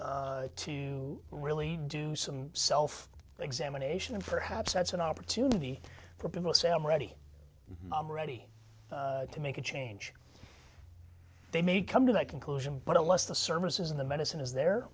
to really do some self examination and perhaps that's an opportunity for people say i'm ready i'm ready to make a change they may come to that conclusion but unless the services of the medicine is there